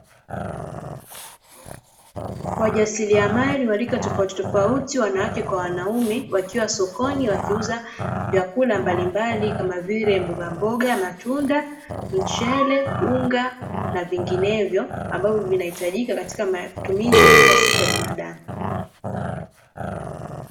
Wajasiriamali wa rika tofauti tofauti, wanawake kwa wanaume wakiwa sokoni wakiuza vyakula mbalimbali kama vile mboga mboga, matunda, mchele, unga na vinginevyo ambavyo vinahitakija katika matumizi ya kila siku ya binadamu.